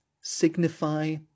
signify